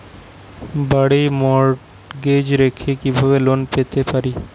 বাড়ি মর্টগেজ রেখে কিভাবে লোন পেতে পারি?